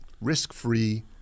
risk-free